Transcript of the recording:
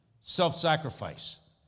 self-sacrifice